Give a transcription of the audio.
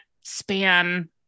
span